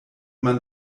man